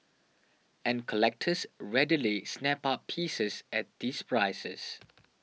and collectors readily snap up pieces at these prices